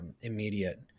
immediate